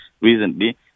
recently